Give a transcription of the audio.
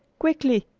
quickly!